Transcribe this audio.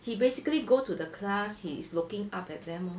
he basically go to the class he is looking up at them orh